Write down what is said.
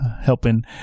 helping